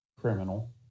Criminal